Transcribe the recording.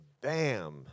bam